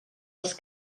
les